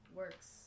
works